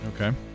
okay